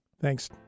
Thanks